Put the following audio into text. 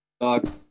dogs